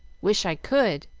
wish i could.